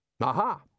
Aha